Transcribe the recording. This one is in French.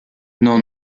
non